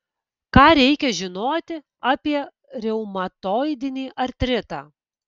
ką reikia žinoti apie reumatoidinį artritą